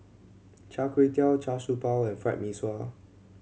Char Kway Teow Char Siew Bao and Fried Mee Sua